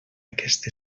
aquest